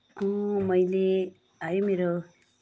मैले है मेरो